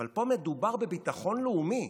אבל פה מדובר בביטחון לאומי.